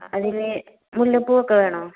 അതിൽ മുല്ലപ്പൂ ഒക്കെ വേണോ